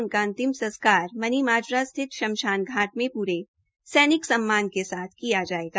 उनका अंतिम संस्कार मनीमाजरा स्थित शमशान घाट में पूरे सैनिक सम्मान के साथ किया जायेगा